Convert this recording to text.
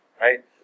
right